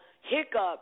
hiccups